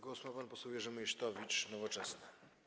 Głos ma pan poseł Jerzy Meysztowicz, Nowoczesna.